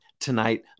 tonight